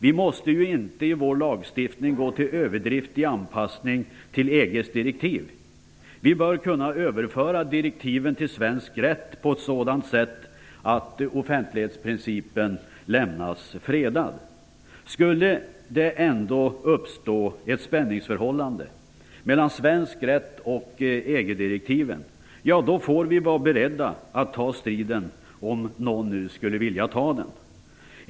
Vi måste ju inte i vår lagstiftning gå till överdrift i anpassning till EG:s direktiv. Vi bör kunna överföra direktiven till svensk rätt på ett sådant sätt att offentlighetsprincipen lämnas fredad. Skulle det ändå uppstå ett spänningsförhållande mellan svensk rätt och EG direktiven, får vi vara beredda att ta striden, om nu någon skulle vilja ha den.